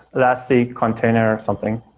that's the container or something.